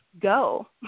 go